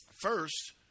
First